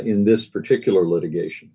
in this particular litigation